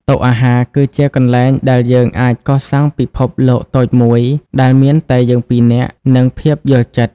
តុអាហារគឺជាកន្លែងដែលយើងអាចកសាងពិភពលោកតូចមួយ ដែលមានតែយើងពីរនាក់ និងភាពយល់ចិត្ត។